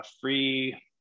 free